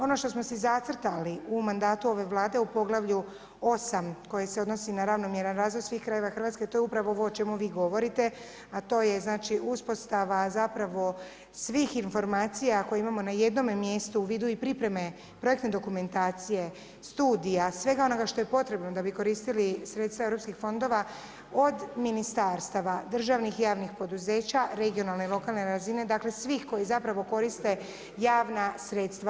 Ono što smo si zacrtali u mandatu ove Vlade u poglavlju 8. koje se odnosi na ravnomjeran razvoj svih krajeva Hrvatske to je upravo ovo o čemu vi govorite a to je znači uspostava zapravo svih informacija koje imamo na jednome mjestu u vidu i pripreme projektne dokumentacije, studija, svega ono što je potrebno da bi koristili sredstva europskih fondova od ministarstva, državnih javnih poduzeća, regionalne i lokalne razine, dakle svih koji zapravo koriste javna sredstva.